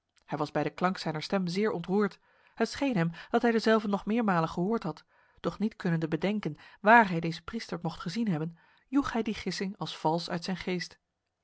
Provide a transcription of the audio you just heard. hij was bij de klank zijner stem zeer ontroerd het scheen hem dat hij dezelve nog meermalen gehoord had doch niet kunnende bedenken waar hij deze priester mocht gezien hebben joeg hij die gissing als vals uit zijn geest